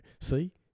see